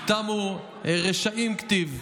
חז"ל אמרו: ייתמו רשעים כתיב.